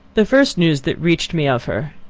the first news that reached me of her,